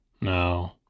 No